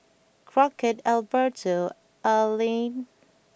Crockett Alberto and Alleen